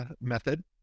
method